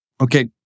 Okay